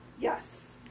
Yes